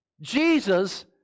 Jesus